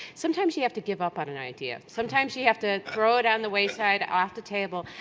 sometimes you have to give up but an idea. sometimes you have to throw it on the wayside, off the table.